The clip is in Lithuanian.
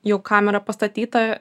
jau kamera pastatyta